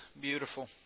Beautiful